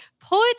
put